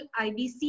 IBC